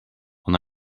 ona